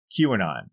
QAnon